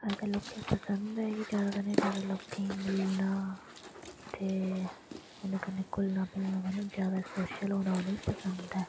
अजकल लोकें गी पसंद इ'यै जैदा कोला जैदा लोकें गी मिलना ते ओह्दे कन्नै घुलना मिलना मतलब जैदा सोशल होना उ'नेंगी पसंद ऐ